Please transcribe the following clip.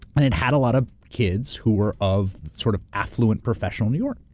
and it had a lot of kids who were of sort of affluent professional new york.